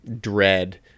dread